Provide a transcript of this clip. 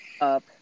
up